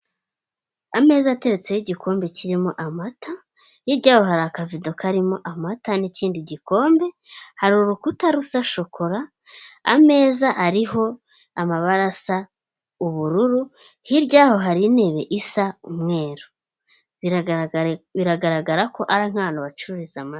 Ameza atetseho igikombe kirimo amata hirya yaho hari akavido karimo amata n'ikindi gikombe, hari urukuta rusa shokora ameza ariho amabara asa ubururu, hirya yaho hari intebe isa umweru biragaragara ko ari nk'ahantu bacururiza amata.